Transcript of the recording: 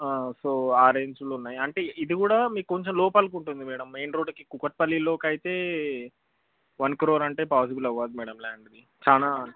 so ఆ రేంజ్లో ఉన్నాయి అంటే ఇది కూడా మీకు కొంచెం లోపలకు ఉంటుంది మేడమ్ మెయిన్ రోడ్డుకి కూకట్పల్లిలోకి అయితే వన్ క్రోర్ అంటే పాజిబుల్ అవ్వదు మేడమ్ ల్యాండ్కి చాలా